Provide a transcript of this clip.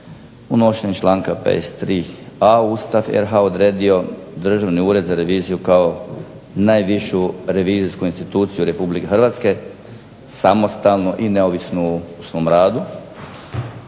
unošenjem članka 53.a Ustav je odredio Državni ured za reviziju kao najvišu revizijsku instituciju RH, samostalnu i neovisnu u svom radu.